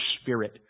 Spirit